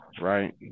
right